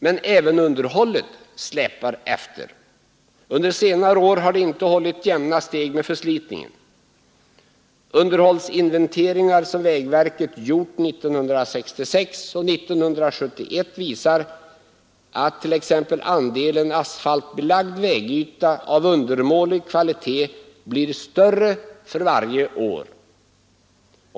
Men även underhållet släpar efter. Under senare år har det inte hållit jämna steg med förslitningen. Underhållsinventeringar som vägverket gjort 1966 och 1971 visar, att t.ex. andelen asfaltbelagd vägyta av undermålig kvalitet blir större för varje år.